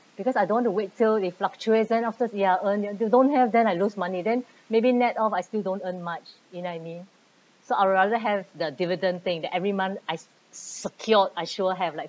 because I don't want to wait till they fluctuate then after this you'll earn if don't have then I lose money then maybe net off I still don't earn much you know what I mean so I'll rather have the dividend thing that every month I se~ secure I sure have like